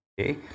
okay